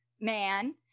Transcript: man